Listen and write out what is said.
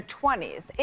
20s